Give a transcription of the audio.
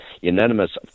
Unanimous